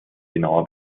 genauer